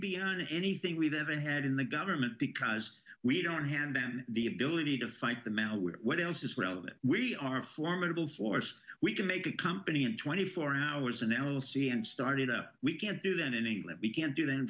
beyond anything we've ever had in the government because we don't hand them the ability to fight them out with what else is relevant we are formidable force we can make a company in twenty four hours analyse and started out we can't do that in england we can't do that in